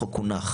החוק הונח